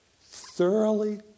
Thoroughly